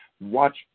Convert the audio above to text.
Watch